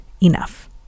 enough